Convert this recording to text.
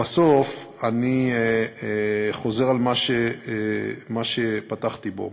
לבסוף, אני חוזר על מה שפתחתי בו.